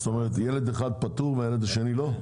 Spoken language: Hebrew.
ילד אחד פטור והילד השני לא.